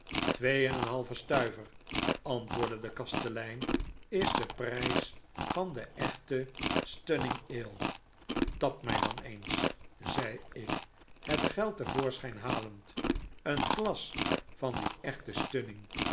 twee en een halven stuiver antwoordde de kastelein is de prijs van den echten stunning ale tap mij dan eens zei ik het geld te voorschijn halend een glas van dien echten stunning